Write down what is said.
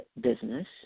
business